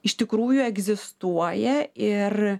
iš tikrųjų egzistuoja ir